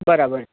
બરાબર છે